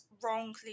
wrongly